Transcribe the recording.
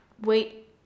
wait